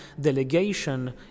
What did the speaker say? delegation